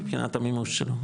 המימוש שלו,